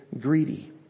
greedy